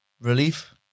Relief